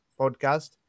podcast